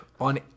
on